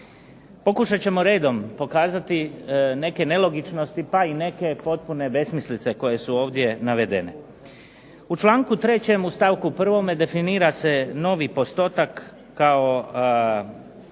Pokušat ćemo redom pokazati neke nelogičnosti, pa i neke potpune besmislice koje su ovdje navedene. U članku 3. u stavku 1. definira se novi postotak kao